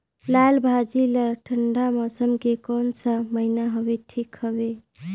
लालभाजी ला ठंडा मौसम के कोन सा महीन हवे ठीक हवे?